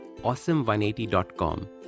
awesome180.com